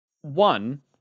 One